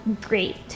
great